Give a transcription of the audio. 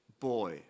boy